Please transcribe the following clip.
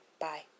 Bye